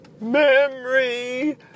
Memory